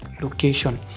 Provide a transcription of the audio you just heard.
location